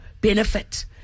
benefit